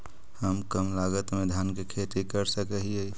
हम कम लागत में धान के खेती कर सकहिय?